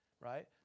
right